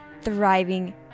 thriving